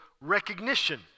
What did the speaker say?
recognition